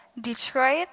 Detroit